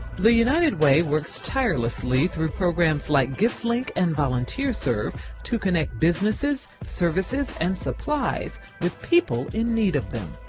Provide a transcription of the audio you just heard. the united way works tirelessly through programs like gift link and volunteer serve to connect businesses, services, and supplies with people in need of them.